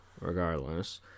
regardless